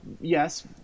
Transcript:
yes